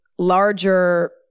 larger